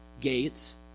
gates